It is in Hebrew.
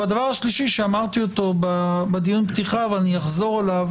והדבר השלישי שאמרתי אותו בדיון הפתיחה ואני אחזור עליו